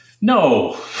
No